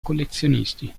collezionisti